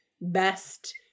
best